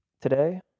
Today